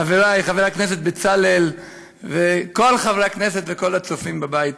חברי חבר הכנסת בצלאל וכל חברי הכנסת וכל הצופים בבית,